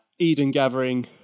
edengathering